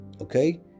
Okay